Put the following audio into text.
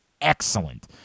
excellent